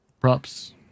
props